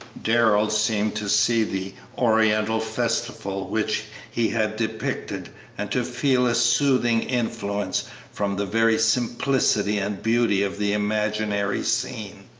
darrell seemed to see the oriental festival which he had depicted and to feel a soothing influence from the very simplicity and beauty of the imaginary scene.